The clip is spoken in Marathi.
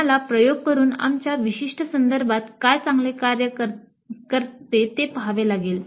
आम्हाला प्रयोग करून आमच्या विशिष्ट संदर्भात काय चांगले कार्य करते ते पहावे लागेल